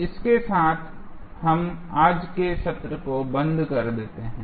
तो इसके साथ हम आज के सत्र को बंद कर देते हैं